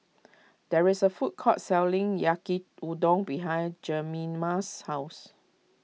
there is a food court selling Yaki Udon behind Jemima's house